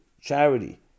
charity